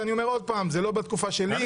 שאני אומר עוד פעם: זה לא בתקופה שלי.